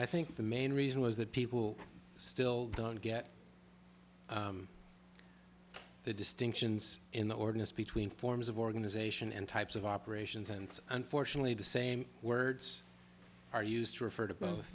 i think the main reason was that people still don't get the distinctions in the ordinance between forms of organization and types of operations and unfortunately the same words are used to refer to both